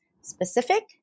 specific